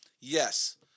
Yes